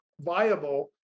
viable